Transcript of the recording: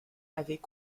avait